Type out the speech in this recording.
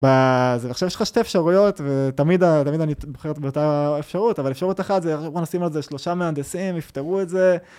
אז עכשיו יש לך שתי אפשרויות ותמיד אני בוחר את אותה האפשרות אבל אפשרות אחת זה אנחנו נשים על זה שלושה מהנדסים יפתרו את זה.